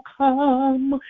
come